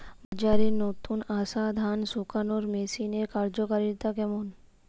বাজারে নতুন আসা ধান শুকনোর মেশিনের কার্যকারিতা কেমন?